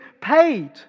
paid